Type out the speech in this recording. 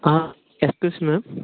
ah yes excuse me ma'am